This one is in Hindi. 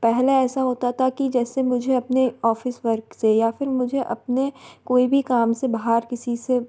पहले ऐसा होता था कि जैसे मुझे अपने ऑफिस वर्क से या फिर मुझे अपने कोई भी काम से बाहर किसी से